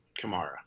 Kamara